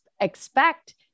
expect